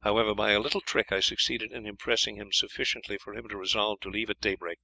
however, by a little trick i succeeded in impressing him sufficiently for him to resolve to leave at daybreak.